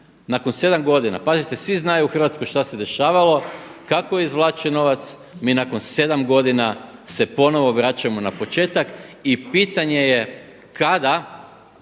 nakon sedam godina, pazite svi znaju u Hrvatskoj šta se dešavalo, kako je izvlačen novac, mi nakon sedam godina se ponovo vraćamo na početak. I pitanje je kada